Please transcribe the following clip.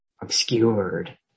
obscured